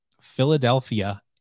Philadelphia